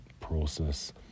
process